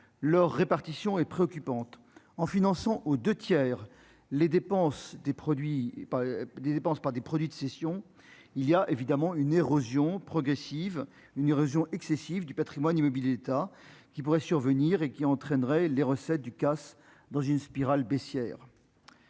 leur répartition est préoccupante en finançant aux 2 tiers les dépenses des produits par des dépenses pas des produits de cession, il y a évidemment une érosion progressive, une région excessive du Patrimoine immobilier d'État qui pourraient survenir et qui entraînerait les recettes du casse dans une spirale baissière.